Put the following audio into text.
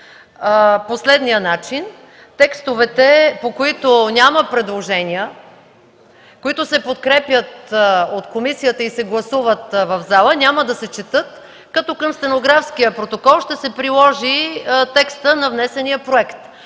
по следния начин: текстовете, по които няма предложения, които се подкрепят от комисията и се гласуват в залата, няма да се четат, като към стенографския протокол ще се приложи текстът на внесения проект.